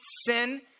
sin